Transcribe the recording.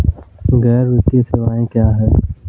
गैर वित्तीय सेवाएं क्या हैं?